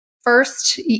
first